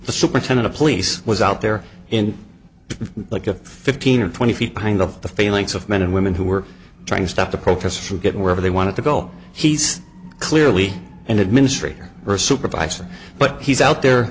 the superintendent of police was out there in like a fifteen or twenty feet behind of the phalanx of men and women who were trying to stop the protests from getting wherever they wanted to go he's clearly an administrator or a supervisor but he's out there